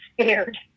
scared